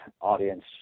audience